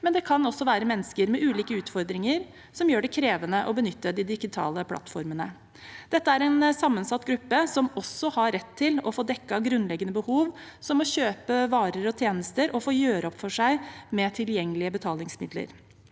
men det kan også være mennesker med ulike utfordringer som gjør det krevende å benytte de digitale plattformene. Dette er en sammensatt gruppe som også har rett til å få dekket grunnleggende behov, som å kjøpe varer og tjenester, og få gjøre opp for seg med tilgjengelige betalingsmidler.